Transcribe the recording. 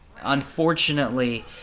unfortunately